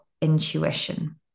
intuition